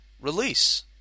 release